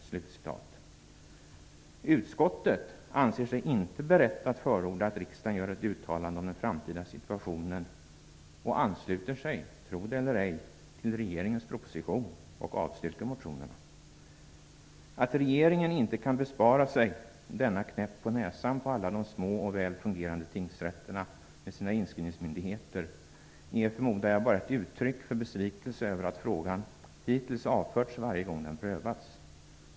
Utskottet anser sig inte berett att förorda att riksdagen gör ett uttalande om den framtida situationen och ansluter sig, tro det eller ej, till regeringens proposition samt avstyrker motionerna. Att regeringen inte kan bespara sig denna knäpp på näsan på alla de små och väl fungerande tingsrätterna med sina inskrivningsmyndigheter är, förmodar jag, bara ett uttryck för besvikelse över att frågan hittills avförts varje gång den prövats.